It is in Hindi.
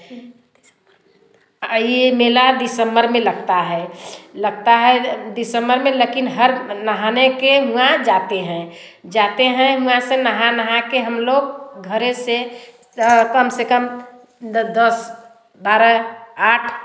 और यह मेला दिसम्बर में लगता है लगता है लगता है दिसम्बर में लेकिन हर नहाने के वहाँ जाते हैं जाते हैं वहाँ से नहा नहा कर हम लोग घर से कम से कम दस बारह आठ